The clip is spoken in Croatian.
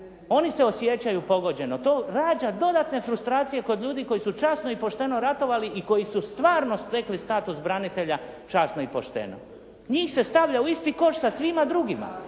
Oni se osjećaju pogođeno. To rađa dodatne frustracije kod ljudi koji su časno i pošteno ratovali i koji su stvarno stekli status branitelja časno i pošteno. Njih se stavlja u isti koš sa svima drugima.